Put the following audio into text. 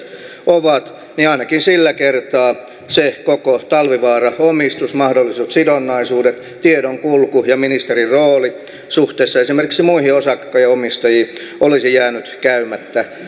ovat niin ainakin sillä kertaa se koko talvivaara omistus mahdolliset sidonnaisuudet tiedon kulku ja ministerirooli suhteessa esimerkiksi muihin osakkeenomistajiin olisi jäänyt käymättä